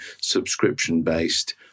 subscription-based